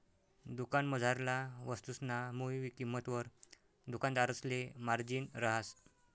दुकानमझारला वस्तुसना मुय किंमतवर दुकानदारसले मार्जिन रहास